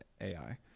AI